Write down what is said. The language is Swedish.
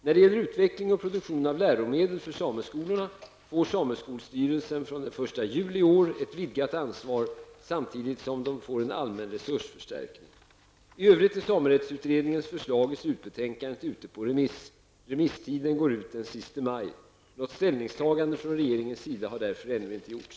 När det gäller utveckling och produktion av läromedel för sameskolorna får sameskolstyrelsen från den 1 juli i år ett vidgat ansvar samtidigt som den får en allmän resursförstärkning. I övrigt är samerättsutredningens förslag i slutbetänkandet ute på remiss. Remisstiden går ut den 31 maj. Något ställningstagande från regeringens sida har därför ännu inte gjorts.